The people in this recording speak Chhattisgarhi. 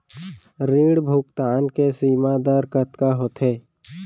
ऋण भुगतान के सीमा दर कतका होथे?